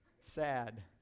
Sad